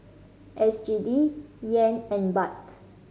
S G D Yen and Baht